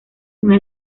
una